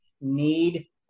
need